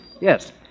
Yes